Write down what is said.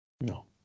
No